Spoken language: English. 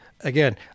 again—